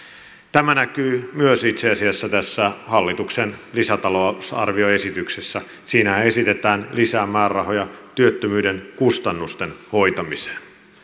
tämä näkyy itse asiassa myös tässä hallituksen lisätalousarvioesityksessä siinähän esitetään lisää määrärahoja työttömyyden kustannusten hoitamiseen